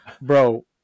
bro